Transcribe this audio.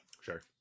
Sure